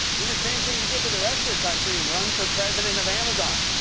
do the same thing you did to the rest of the country and run for president of amazon.